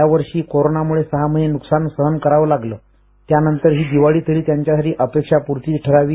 यावर्षी कोरोनामुळे सहा महिने नुकसान सहन करावं लागल्यानंतर ही दिवाळीतरी त्यांच्यासाठी अपेक्षापूर्तीची ठरावी